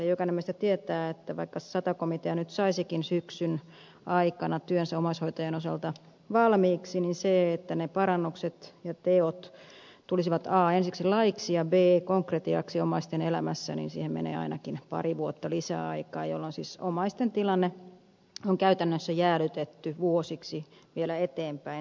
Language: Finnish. jokainen meistä tietää että vaikka sata komitea nyt saisikin syksyn aikana työnsä omaishoitajien osalta valmiiksi niin siihen että ne parannukset ja teot tulisivat a ensiksi laiksi ja b konkretiaksi omaisten elämässä menee ainakin pari vuotta lisää aikaa joten siis omaisten tilanne on käytännössä jäädytetty vuosiksi vielä eteenpäin näillä ratkaisuilla